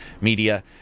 media